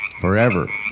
forever